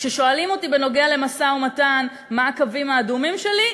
כששואלים אותי בנוגע למשא-ומתן מה הקווים האדומים שלי,